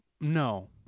No